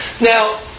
now